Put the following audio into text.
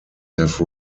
have